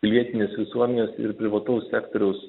pilietinės visuomenės ir privataus sektoriaus